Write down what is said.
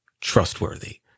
trustworthy